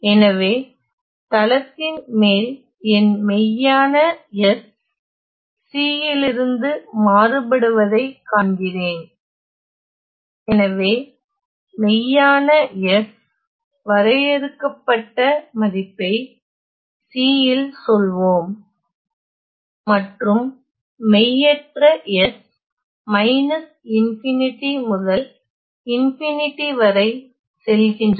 எனவே தளத்தின் மேல் என் மெய்யான s C யிலிருந்து மாறுபடுவதைக் காண்கிறேன் எனவே மெய்யான s வரையறுக்கப்பட்ட மதிப்பை C இல் சொல்வோம் மற்றும் மெய்யற்ற s ∞ முதல் ∞ வரை செல்கின்றன